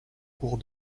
cours